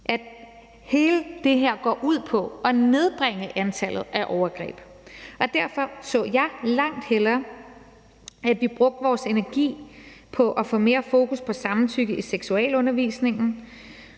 at hele det her går ud på at nedbringe antallet af overgreb, og derfor så jeg langt hellere, at vi brugte vores energi på at få mere fokus på samtykke i seksualundervisningen,